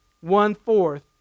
One-fourth